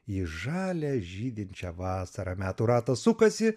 į žalią žydinčią vasarą metų ratas sukasi